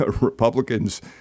Republicans